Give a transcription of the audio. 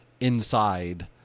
inside